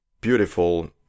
beautiful